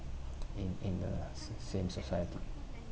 in in the s~ same society